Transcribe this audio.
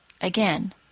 again